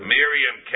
Miriam